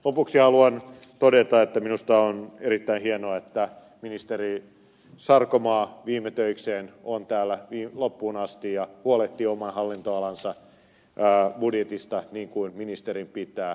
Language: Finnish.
lopuksi haluan todeta että minusta on erittäin hienoa että ministeri sarkomaa viime töikseen on täällä loppuun asti ja huolehtii oman hallintoalansa budjetista niin kuin ministerin pitää